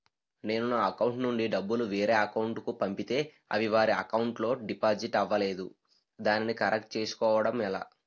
నేను నా అకౌంట్ నుండి డబ్బు వేరే వారి అకౌంట్ కు పంపితే అవి వారి అకౌంట్ లొ డిపాజిట్ అవలేదు దానిని కరెక్ట్ చేసుకోవడం ఎలా?